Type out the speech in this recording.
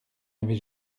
avez